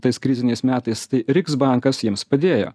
tais kriziniais metais riks bankas jiems padėjo